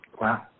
Wow